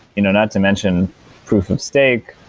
you know not to mention proof of stake,